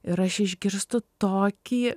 ir aš išgirstu tokį